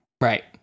Right